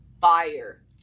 Fire